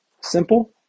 simple